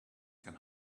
can